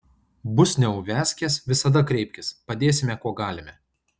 bus neuviazkės visada kreipkis padėsime kuo galime